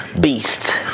beast